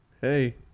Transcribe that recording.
hey